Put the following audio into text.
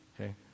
okay